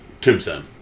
Tombstone